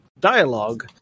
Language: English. dialogue